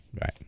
right